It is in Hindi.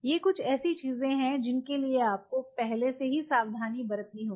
ये कुछ ऐसी चीजें हैं जिनके लिए आपको पहले से सावधानी बरतनी होगी